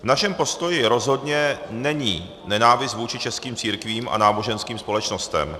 V našem postoji rozhodně není nenávist vůči českým církvím a náboženským společnostem.